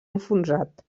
enfonsat